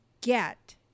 get